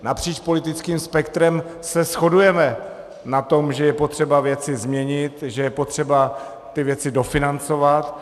Napříč politickým spektrem se shodujeme na tom, že je potřeba věci změnit, že je potřeba ty věci dofinancovat.